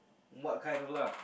what kind lah